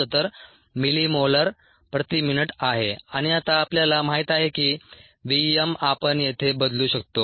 69 millimolar प्रति minute आहे आणि आता आपल्याला माहित आहे की v m आपण येथे बदलू शकतो